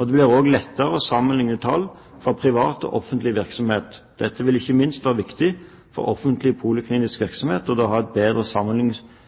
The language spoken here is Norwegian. Det blir også lettere å sammenligne tall fra privat og offentlig virksomhet. Dette vil ikke minst være viktig for offentlig poliklinisk virksomhet som da vil ha et bedre